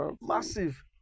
Massive